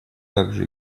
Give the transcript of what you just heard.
также